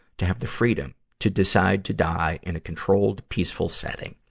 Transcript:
to have the freedom to decide to die in a controlled, peaceful setting.